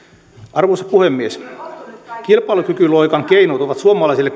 arvoisa puhemies kilpailukykyloikan keinot ovat suomalaisille